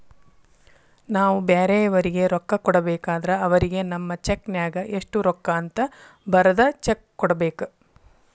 ನಾವು ಬ್ಯಾರೆಯವರಿಗೆ ರೊಕ್ಕ ಕೊಡಬೇಕಾದ್ರ ಅವರಿಗೆ ನಮ್ಮ ಚೆಕ್ ನ್ಯಾಗ ಎಷ್ಟು ರೂಕ್ಕ ಅಂತ ಬರದ್ ಚೆಕ ಕೊಡಬೇಕ